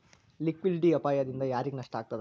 Liquidity ಅಪಾಯ ದಿಂದಾ ಯಾರಿಗ್ ನಷ್ಟ ಆಗ್ತದ?